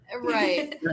right